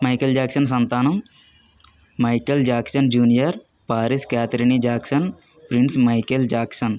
Michael Jackson సంతానం Michael Jackson junior Paris Katherine Jackson friends Michael Jackson